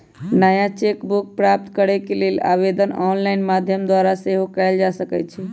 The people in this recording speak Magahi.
नया चेक बुक प्राप्त करेके लेल आवेदन ऑनलाइन माध्यम द्वारा सेहो कएल जा सकइ छै